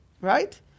right